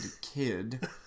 kid